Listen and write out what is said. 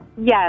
Yes